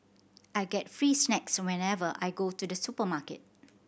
I get free snacks whenever I go to the supermarket